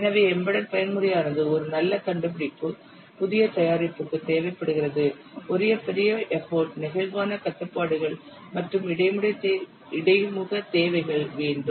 எனவே எம்பெடெட் பயன்முறையானது ஒரு நல்ல கண்டுபிடிப்பு புதிய தயாரிப்புக்கு தேவைப்படுகிறது ஒரு பெரிய எப்போட் நெகிழ்வான கட்டுப்பாடுகள் மற்றும் இடைமுகத் தேவைகள் வேண்டும்